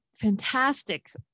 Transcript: fantastic